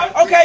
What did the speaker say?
Okay